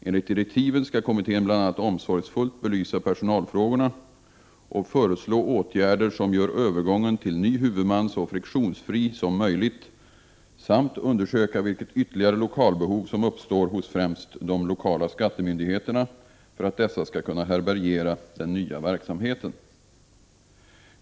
Enligt direktiven skall kommittén bl.a. omsorgsfullt belysa personalfrågorna och föreslå åtgärder som gör övergången till ny huvudman så friktionsfri som möjligt samt undersöka vilket ytterligare lokalbehov som uppstår hos främst de lokala skattemyndigheterna för att dessa skall kunna härbärgera den nya verksamheten.